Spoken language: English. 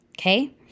Okay